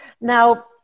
Now